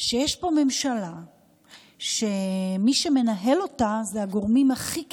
שיש פה ממשלה שמי שמנהל אותה זה הגורמים הכי קיצוניים,